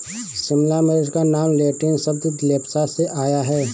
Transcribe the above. शिमला मिर्च का नाम लैटिन शब्द लेप्सा से आया है